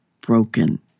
broken